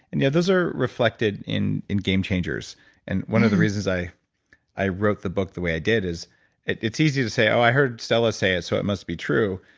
and yeah those are reflected in in game changers and one of the reasons i i wrote the book the way i did is it's easy to say, oh, i heard stella say it, so it must be true.